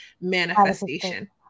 manifestation